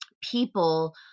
people